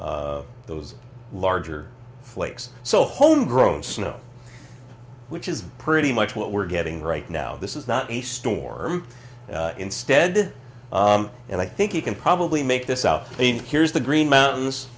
those those larger flakes so homegrown snow which is pretty much what we're getting right now this is not a store instead and i think you can probably make this out i mean here's the green mountains